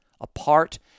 apart